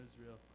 israel